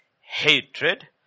hatred